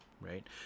right